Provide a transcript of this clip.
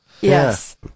Yes